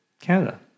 Canada